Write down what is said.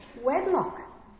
wedlock